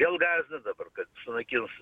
vėl gasdins dabar kad sunaikins